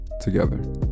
together